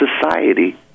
society